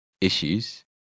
issues